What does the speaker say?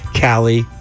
Callie